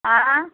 ஆ ஆ